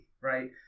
right